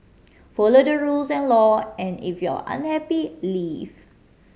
follow the rules and law and if you're unhappy leave